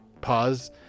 pause